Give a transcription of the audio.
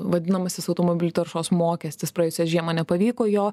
vadinamasis automobilių taršos mokestis praėjusią žiemą nepavyko jo